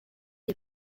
des